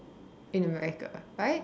in America right